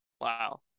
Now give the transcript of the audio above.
Wow